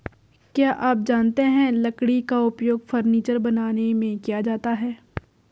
क्या आप जानते है लकड़ी का उपयोग फर्नीचर बनाने में किया जाता है?